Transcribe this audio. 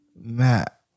Matt